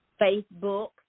Facebook